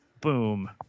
Boom